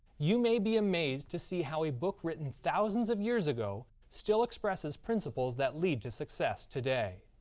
you may be amazed to see how a book written thousands of years ago still expresses principles that lead to success today.